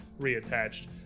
reattached